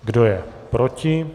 Kdo je proti?